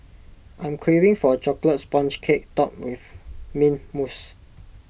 I'm craving for Chocolate Sponge Cake Topped with Mint Mousse